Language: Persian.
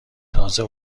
تازه